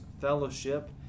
fellowship